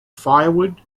firewood